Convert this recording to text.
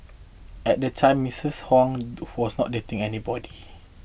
at the time Mistress Huang was not dating anybody